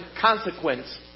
consequence